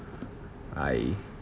I